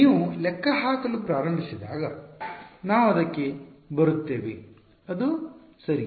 ನೀವು ಲೆಕ್ಕ ಹಾಕಲು ಪ್ರಾರಂಭಿಸಿದಾಗ ನಾವು ಅದಕ್ಕೆ ಬರುತ್ತೇವೆ ಅದು ಸರಿ